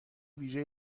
ویژه